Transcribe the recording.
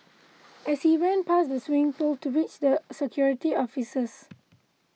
as she ran past the swimming pool to reach their security officers